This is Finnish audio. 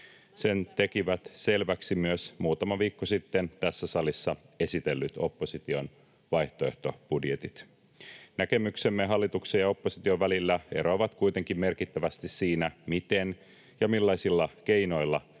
Sen tekivät selväksi myös muutama viikko sitten tässä salissa esitellyt opposition vaihtoehtobudjetit. Näkemyksemme hallituksen ja opposition välillä eroavat kuitenkin merkittävästi siinä, miten ja millaisilla keinoilla